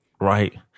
right